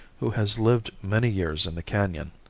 who has lived many years in the canon.